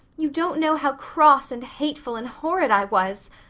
you don't know how cross and hateful and horrid i was.